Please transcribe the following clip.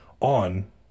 on